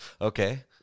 Okay